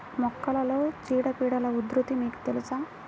మొక్కలలో చీడపీడల ఉధృతి మీకు తెలుసా?